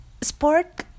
sport